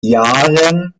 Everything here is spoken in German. jahren